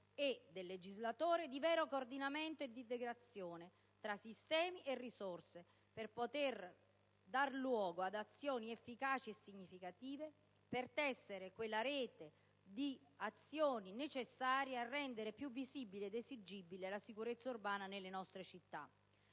e del legislatore di vero coordinamento e di integrazione tra sistemi e risorse per poter dare luogo ad azioni efficaci e significative per tessere quella rete di azioni necessarie a rendere più visibile ed esigibile la sicurezza urbana nelle nostre città.